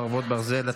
חרבות ברזל),